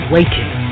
Waiting